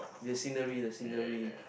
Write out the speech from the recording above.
the scenery the scenery